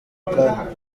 kanya